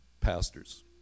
pastors